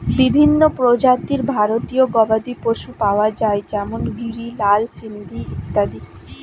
বিভিন্ন প্রজাতির ভারতীয় গবাদি পশু পাওয়া যায় যেমন গিরি, লাল সিন্ধি ইত্যাদি